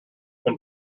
been